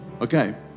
Okay